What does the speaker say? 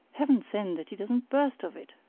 heaven send that he doesn't burst of it!